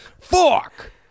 fuck